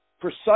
precise